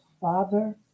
Father